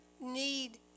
need